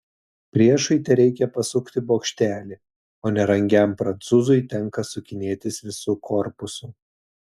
priešui tereikia pasukti bokštelį o nerangiam prancūzui tenka sukinėtis visu korpusu